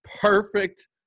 perfect